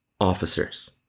officers